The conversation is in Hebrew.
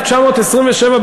1927,